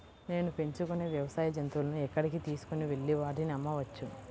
నేను పెంచుకొనే వ్యవసాయ జంతువులను ఎక్కడికి తీసుకొనివెళ్ళి వాటిని అమ్మవచ్చు?